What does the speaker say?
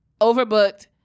overbooked